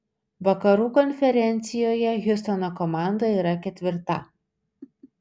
vakarų konferencijoje hjustono komanda yra ketvirta